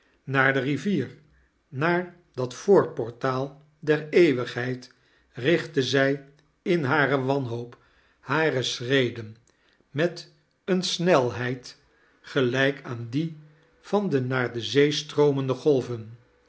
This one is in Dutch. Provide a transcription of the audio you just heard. naar de rivier naar dat voorportaal dier eeuwigheid richtte zij in hare wanhoop hare schreden met eene snelhedd gelijk aan die van de naar de zee stroomende golven